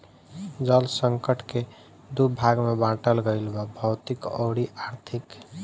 जल संकट के दू भाग में बाटल गईल बा भौतिक अउरी आर्थिक